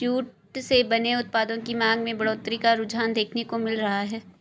jute से बने उत्पादों की मांग में बढ़ोत्तरी का रुझान देखने को मिल रहा है